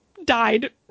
died